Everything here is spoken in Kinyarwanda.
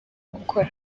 gukora